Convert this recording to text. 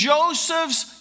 Joseph's